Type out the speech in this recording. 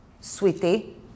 sweetie